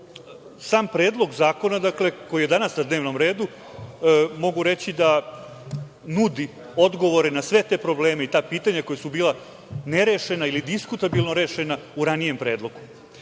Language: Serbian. Sam Predlog zakona, dakle, koji je danas na dnevnom redu, mogu reći da nudi odgovore na sve te probleme i ta pitanja koja su bila nerešena ili diskutabilno rešena u ranijem predlogu. Posebno